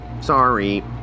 sorry